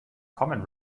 common